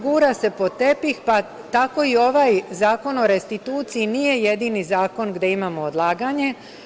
Gura se pod tepih, pa tako i ovaj Zakon o restituciji nije jedini zakon gde imamo odlaganje.